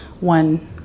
One